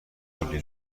کلی